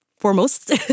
foremost